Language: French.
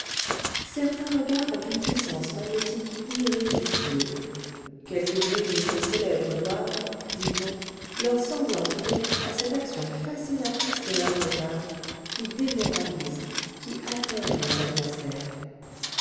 certains regards ont une puissance magnétique irrésistible quelques duellistes célèbres doivent dit-on leurs sanglants triomphes à cette action fascinatrice de leur regard qui démoralise qui atterre leurs adversaires